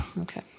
Okay